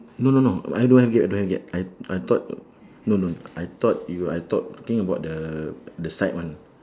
no no no I don't have gate I don't have gate I I thought no no no I thought you I thought talking about the the side one